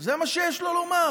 זה מה שיש לו לומר.